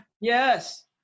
Yes